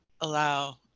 allow